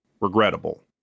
Regrettable